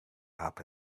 happen